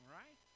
right